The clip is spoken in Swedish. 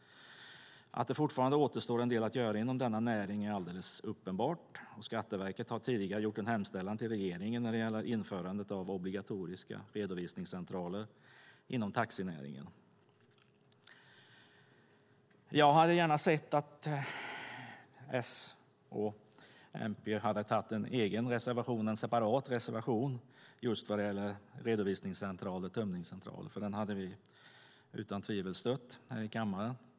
Att det fortfarande återstår en del att göra inom denna näring är alldeles uppenbart. Skatteverket har tidigare gjort en hemställan till regeringen om införandet av obligatoriska redovisningscentraler inom taxinäringen. Jag hade gärna sett att S och MP haft en egen separat reservation om redovisningscentraler och tömningscentraler. Den hade vi utan tvivel stött här i kammaren.